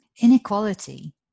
inequality